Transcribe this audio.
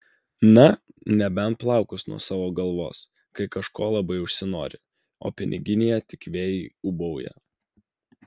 na nebent plaukus nuo savo galvos kai kažko labai užsinori o piniginėje tik vėjai ūbauja